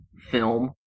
film